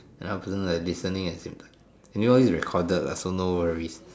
then I'm also like listening at the same time anyway all this is recorded lah so no worries